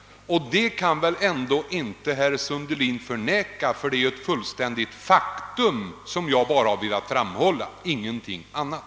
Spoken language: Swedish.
Det kan väl ändå inte herr Sundelin förneka. Det är ett fullständigt faktum som jag endast har velat framhålla — ingenting annat.